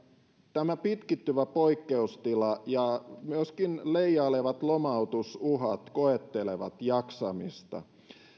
tämä pitkittyvä poikkeustila ja myöskin leijailevat lomautusuhat koettelevat jaksamista